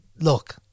Look